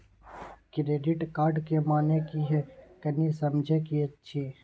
Credit card के माने की हैं, कनी समझे कि छि?